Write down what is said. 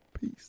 Peace